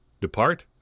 depart